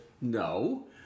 No